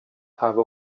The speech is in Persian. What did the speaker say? هوا